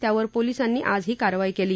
त्यावर पोलिसांनी आज ही कारवाई कल्ली